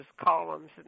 columns